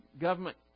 government